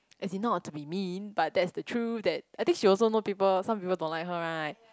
as in not to be mean but that's the truth that I think she also know people some people don't like her right